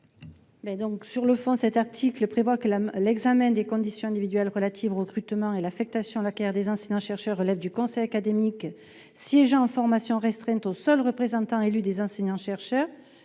Sur le fond, cet article prévoit que l'examen des conditions individuelles relatives au recrutement, à l'affectation et à la carrière des enseignants-chercheurs relève du conseil académique siégeant en formation restreinte aux seuls représentants élus de ces derniers, des chercheurs